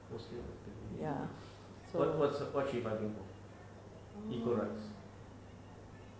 muslim activist what what what she bugging for equal rights